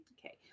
Okay